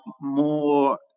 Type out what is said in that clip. more